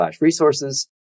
resources